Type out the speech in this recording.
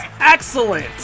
excellent